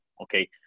Okay